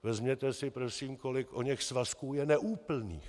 Vezměte si prosím, kolik oněch svazků je neúplných.